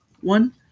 one